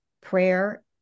prayer